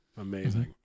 Amazing